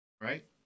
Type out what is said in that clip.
right